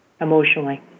emotionally